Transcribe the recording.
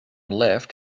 left